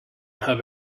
have